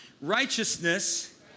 Righteousness